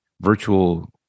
virtual